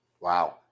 Wow